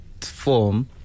form